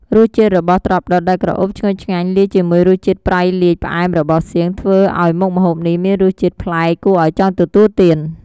រសជាតិរបស់ត្រប់ដុតដែលក្រអូបឈ្ងុយឆ្ងាញ់ លាយជាមួយរសជាតិប្រៃលាយផ្អែមរបស់សៀង ធ្វើឱ្យមុខម្ហូបនេះមានរសជាតិប្លែក គួរឱ្យចង់ទទួលទាន។